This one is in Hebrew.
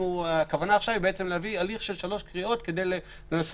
הכוונה עכשיו היא להביא הליך של 3 קריאות כדי לנסות